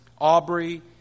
Aubrey